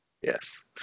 yes